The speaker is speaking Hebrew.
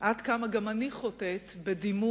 עד כמה גם אני חוטאת בדימוי,